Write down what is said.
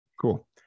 cool